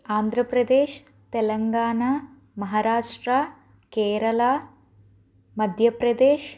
Andhra Pradesh Telangana Maharashtra Kerala Madhya Pradesh